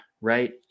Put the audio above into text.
right